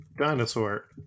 dinosaur